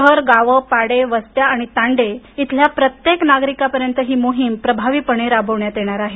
शहर गावे पाडे वस्त्या आणि तांडे इथल्या प्रत्येक नागरिकापर्यंत ही मोहीम प्रभावीपणे राबविण्यात येणार आहे